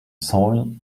soil